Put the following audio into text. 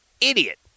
idiot